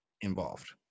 involved